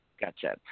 Gotcha